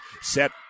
Set